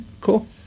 Cool